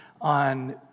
on